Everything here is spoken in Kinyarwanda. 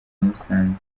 musanze